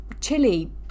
chili